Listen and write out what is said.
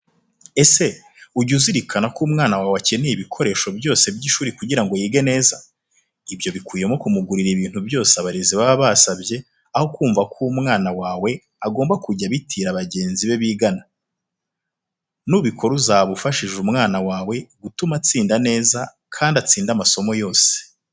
Ese ujya uzirikana ko umwana wawe akeneye ibikoresho byose by'ishuri kugira ngo yige neza? Ibyo bikubiyemo kumugurira ibintu byose abarezi baba basabye, aho kumva ko umwana wawe agomba kujya abitira bagenzi be bigana. Nubikora uzaba ufashije umwana wawe gutuma atsinda neza kandi atsinde amasomo yose.